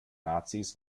nazis